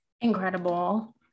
Incredible